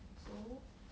so